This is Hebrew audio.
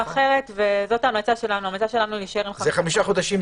זו ההמלצה שלנו, להישאר עם חמישה חודשים.